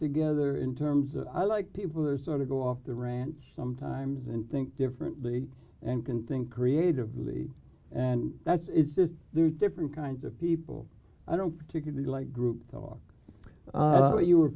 together in terms of i like people who are sort of go off the ranch sometimes and think differently and can think creatively and that's it's just different kinds of people i don't particularly like group thought but you were